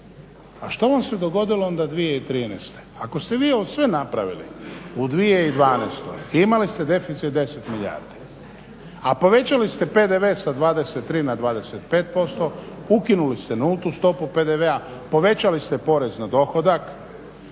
pa što vam se dogodilo onda 2013.? Ako ste vi ovo sve napravili u 2012. i imali ste deficit 10 milijardi a povećali ste PDV sa 23 na 25%, ukinuli ste nultu stopu PDV-a, povećali ste porez na dohodak,